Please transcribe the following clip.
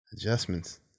Adjustments